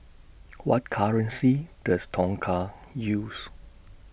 What currency Does Tonga use